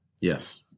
yes